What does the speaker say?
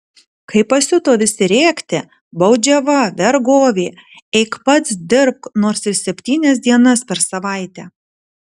kai pasiuto visi rėkti baudžiava vergovė eik pats dirbk nors ir septynias dienas per savaitę